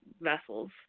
vessels